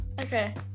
Okay